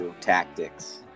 tactics